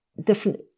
different